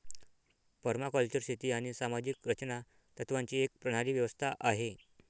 permaculture शेती आणि सामाजिक रचना तत्त्वांची एक प्रणाली व्यवस्था आहे